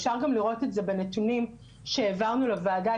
אפשר גם לראות את זה בנתונים שהעברנו לוועדה,